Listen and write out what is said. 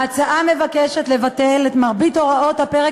ההצעה מבקשת לבטל את מרבית הוראות הפרק